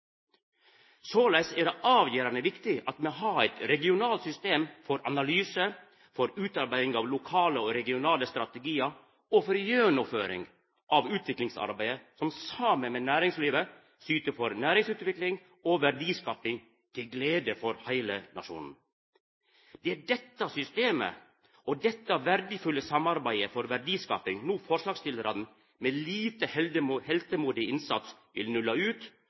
Såleis er det avgjerande viktig at me har eit regionalt system for analyse, for utarbeiding av lokale og regionale strategiar og for gjennomføring av utviklingsarbeidet som saman med næringslivet syter for næringsutvikling og verdiskaping, til glede for heile nasjonen. Det er dette systemet og dette verdifulle samarbeidet for verdiskaping no forslagsstillarane med lite heltemodig innsats vil nulla ut